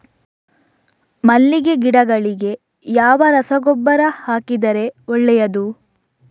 ಮಲ್ಲಿಗೆ ಗಿಡಗಳಿಗೆ ಯಾವ ರಸಗೊಬ್ಬರ ಹಾಕಿದರೆ ಒಳ್ಳೆಯದು?